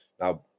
Now